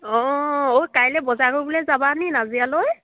অঁ ঐ কাইলৈ বজাৰ কৰিবলৈ যাবানে নাজিৰালৈ